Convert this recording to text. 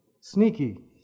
sneaky